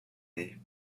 dessinée